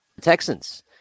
Texans